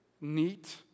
neat